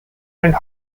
and